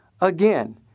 Again